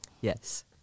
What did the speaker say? Yes